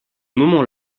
moment